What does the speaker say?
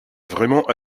vraiment